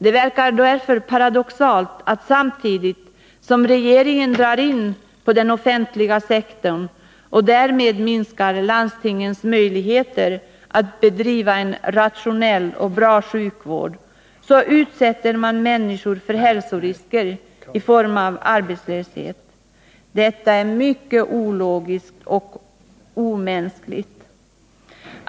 Det verkar därför paradoxalt att samtidigt som regeringen drar in på den offentliga sektorn och därmed minskar landstingens möjligheter att bedriva en rationell och bra sjukvård, så utsätter man människor för hälsorisker i form av arbetslöshet. Detta är mycket ologiskt och omänskligt.